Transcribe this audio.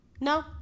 No